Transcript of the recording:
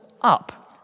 up